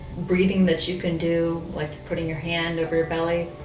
breathing that you can do, like putting your hand over your belly.